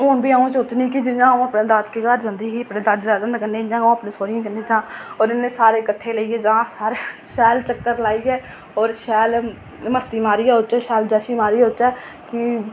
हून बी अं'ऊ सोचनी की जि''यां अंऊ अपने दादके घर जंदी ते जि'यां अपने दादा दादी कन्नै होर सारे कट्ठे लेइयै जा शैल चक्कर लाइयै होर मस्ती मारियै होर उत्थें शैल जैशी मारियै औचै कि